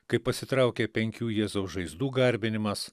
kaip pasitraukė penkių jėzaus žaizdų garbinimas